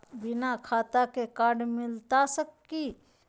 बिना खाता के कार्ड मिलता सकी?